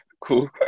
cool